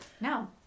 No